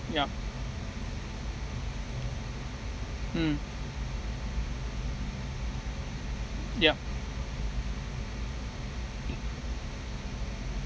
yup mm yup